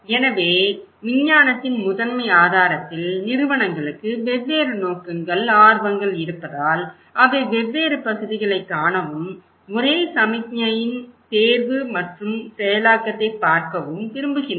எனவே விஞ்ஞானத்தின் முதன்மை ஆதாரத்தில் நிறுவனங்களுக்கு வெவ்வேறு நோக்கங்கள் ஆர்வங்கள் இருப்பதால் அவை வெவ்வேறு பகுதிகளைக் காணவும் ஒரே சமிக்ஞையின் தேர்வு மற்றும் செயலாக்கத்தைப் பார்க்கவும் விரும்புகின்றன